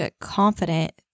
confident